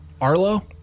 Arlo